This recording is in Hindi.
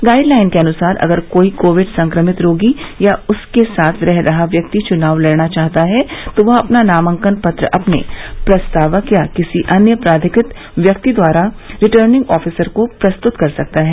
गाइड लाइन के अनुसार अगर कोई कोविड संक्रमित रोगी या उसके साथ रह रहा व्यक्ति चुनाव लड़ना चाहता है तो वह अपना नामांकन पत्र अपने प्रस्तावक या किसी अन्य प्राधिकृत व्यक्ति द्वारा रिटर्निंग आफिसर को प्रस्तुत कर सकता है